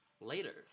later